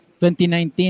2019